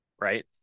right